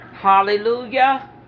Hallelujah